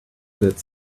that